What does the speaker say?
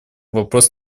вопрос